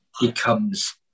becomes